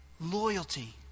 loyalty